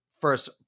first